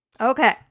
Okay